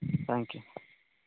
thank you